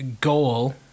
goal